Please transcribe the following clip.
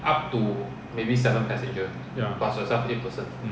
ya